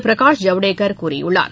பிரகாஷ் ஜவ்டேகர் கூறியுள்ளார்